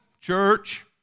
Church